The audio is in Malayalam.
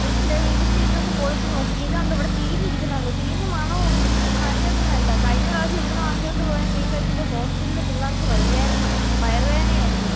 ചേച്ചി ഇതേ ഇതിൻ്റെ ഇതൊന്ന് പൊളിച്ച് നോക്കിക്കേ ഇത് കണ്ടോ ഇവിടെ ചീഞ്ഞിരിക്കുന്നത് ചീഞ്ഞ മണം ഉണ്ട് ഇത് നല്ല മീനല്ല കഴിഞ്ഞ പ്രാവശ്യം ഇവിടെനിന്ന് വാങ്ങിച്ചതുകൊണ്ട് പോയ മീൻ കഴിച്ചിട്ട് ഹോസ്റ്റലിൽ പിള്ളേർക്ക് വയ്യായിരുന്നു വയറു വേദനയായിരുന്നു